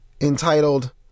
entitled